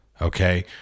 okay